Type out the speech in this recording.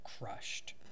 crushed